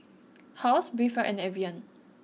Halls Breathe and Evian